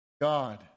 God